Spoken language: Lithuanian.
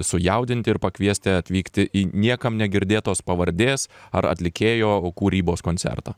sujaudinti ir pakviesti atvykti į niekam negirdėtos pavardės ar atlikėjo kūrybos koncertą